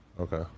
Okay